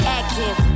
active